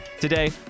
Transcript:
Today